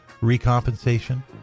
recompensation